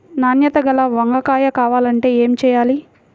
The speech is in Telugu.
నాణ్యత గల వంగ కాయ కావాలంటే ఏమి చెయ్యాలి?